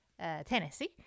Tennessee